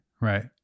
right